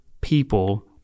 people